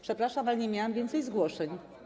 Przepraszam, ale nie miałam więcej zgłoszeń.